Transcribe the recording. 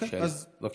בבקשה.